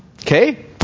Okay